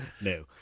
No